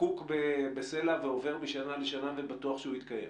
חקוק בסלע ועובר משנה לשנה ובטוח שהוא יתקיים.